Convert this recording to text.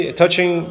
touching